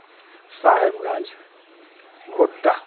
Sahebganj Godda